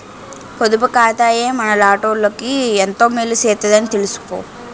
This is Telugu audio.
పొదుపు ఖాతాయే మనలాటోళ్ళకి ఎంతో మేలు సేత్తదని తెలిసుకో